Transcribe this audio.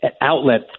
outlet